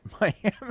Miami